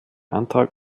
antrag